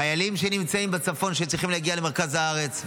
חיילים שנמצאים בצפון וצריכים להגיע למרכז הארץ,